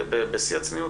בשיא הצניעות,